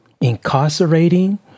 incarcerating